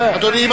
אדוני,